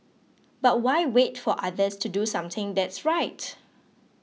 but why wait for others to do something that's right